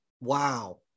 Wow